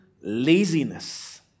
laziness